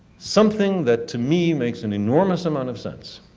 something that to me makes an enormous amount of sense